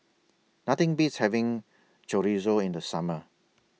Nothing Beats having Chorizo in The Summer